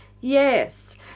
Yes